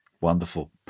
Wonderful